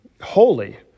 holy